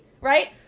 right